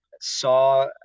saw